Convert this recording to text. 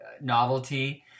novelty –